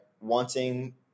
wanting